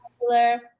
popular